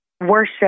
worship